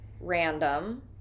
random